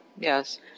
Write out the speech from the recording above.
Yes